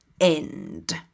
End